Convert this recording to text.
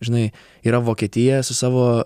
žinai yra vokietija su savo